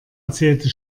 erzählte